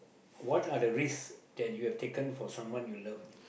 what are the risks that you have taken for someone you love